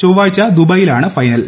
ചൊവ്വാഴ്ച ദുബ്യായിലാണ് ഫൈനൽ